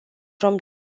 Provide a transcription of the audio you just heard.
from